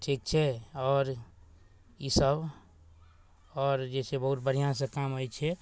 ठीक छै आओर ईसब आओर जे छै बहुत बढ़िआँ से काम होइ छै